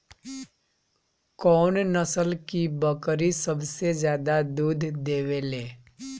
कौन नस्ल की बकरी सबसे ज्यादा दूध देवेले?